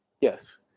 Yes